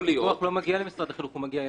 הדיווח לא מגיע למשרד החינוך, הוא מגיע אליי.